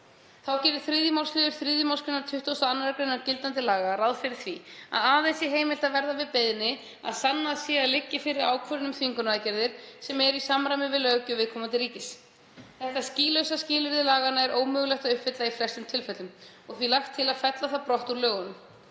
Þá gerir 3. málsliður 3. mgr. 22. gr. gildandi laga ráð fyrir því að aðeins sé heimilt að verða við beiðni að sannað sé að liggi fyrir ákvörðun um þvingunaraðgerðir sem eru í samræmi við löggjöf viðkomandi ríkis. Þetta skýlausa skilyrði laganna er ómögulegt að uppfylla í flestum tilfellum og því lagt til að fella það brott úr lögunum.